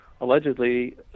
allegedly